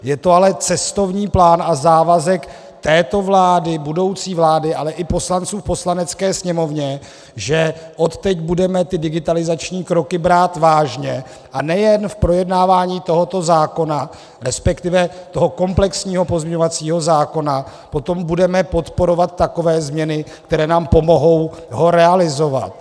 Je to ale cestovní plán a závazek této vlády, budoucí vlády, ale i poslanců v Poslanecké sněmovně, že odteď budeme ty digitalizační kroky brát vážně, a nejen v projednávání tohoto zákona, respektive toho komplexního pozměňovacího zákona , potom budeme podporovat takové změny, které nám pomohou ho realizovat.